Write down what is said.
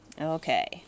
Okay